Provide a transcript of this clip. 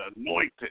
anointed